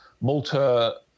Malta